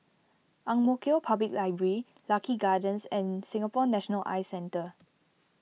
Ang Mo Kio Public Library Lucky Gardens and Singapore National Eye Centre